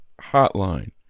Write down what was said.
hotline